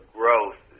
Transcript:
growth